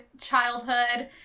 childhood